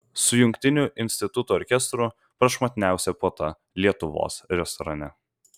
su jungtiniu institutų orkestru prašmatniausia puota lietuvos restorane